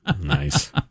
Nice